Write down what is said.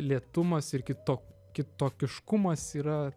lėtumas ir kito kitokiškumas yra